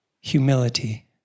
Humility